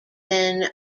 then